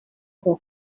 uwo